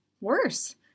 Worse